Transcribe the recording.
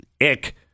ick